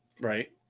right